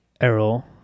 Errol